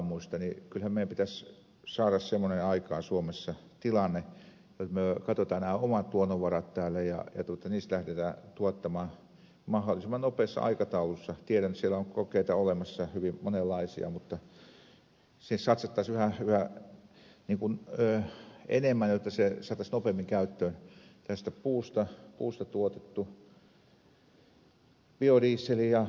kyllähän meidän pitäisi saada semmoinen tilanne aikaan suomessa jotta me katsomme nämä omat luonnonvaramme täällä ja niistä lähdetään tuottamaan mahdollisimman nopeassa aikataulussa tiedän että siellä on kokeita olemassa hyvin monenlaisia mutta että siihen satsattaisiin yhä enemmän jotta se saataisiin nopeammin käyttöön tämmöistä puusta tuotettua biodieseliä